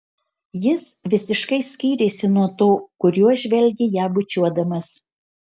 jis visiškai skyrėsi nuo to kuriuo žvelgė ją bučiuodamas